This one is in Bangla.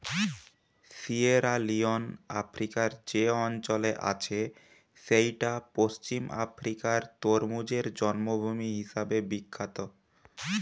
সিয়েরালিওন আফ্রিকার যে অঞ্চলে আছে সেইটা পশ্চিম আফ্রিকার তরমুজের জন্মভূমি হিসাবে বিখ্যাত